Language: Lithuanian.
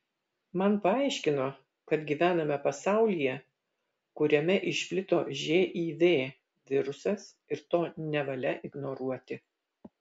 man paaiškino kad gyvename pasaulyje kuriame išplito živ virusas ir to nevalia ignoruoti